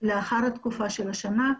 לאחר התקופה של השנה,